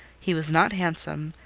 he was not handsome,